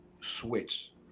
switch